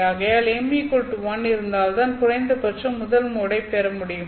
ஆகையால் M1 இருந்தால்தான் குறைந்தபட்சம் முதல் மோடை பெற முடியும்